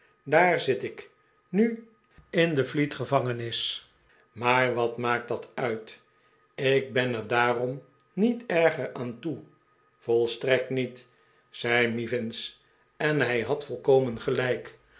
daar zit ik nu in defleet gevangenis maar wat maakt dat uit ik ben er daarom niet erger aan toe volstrekt niet zei mivins en hij had volkomen gelijk